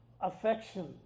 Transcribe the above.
affection